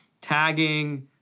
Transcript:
tagging